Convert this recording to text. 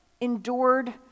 endured